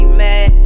mad